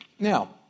Now